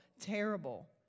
terrible